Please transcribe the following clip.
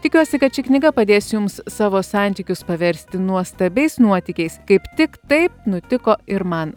tikiuosi kad ši knyga padės jums savo santykius paversti nuostabiais nuotykiais kaip tik taip nutiko ir man